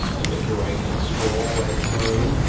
you make your way and kind of stroll right through,